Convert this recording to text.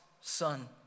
son